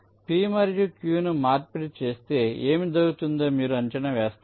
p మరియు q ను మార్పిడి చేస్తే ఏమి జరుగుతుందో మీరు అంచనా వేస్తారు